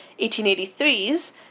1883's